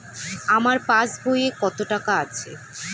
আমার পাস বইয়ে কত টাকা আছে?